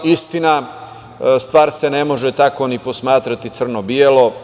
Istina, stvar se ne može tako ni posmatrati, crno belo.